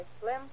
Slim